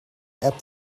app